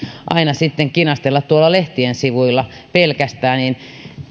aina sitten kinastella tuolla lehtien sivuilla pelkästään niin